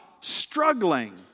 struggling